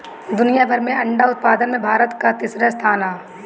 दुनिया भर में अंडा उत्पादन में भारत कअ तीसरा स्थान हअ